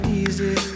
easy